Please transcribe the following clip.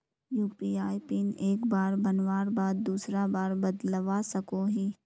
UPI pin एक बार बनवार बाद दूसरा बार बदलवा सकोहो ही?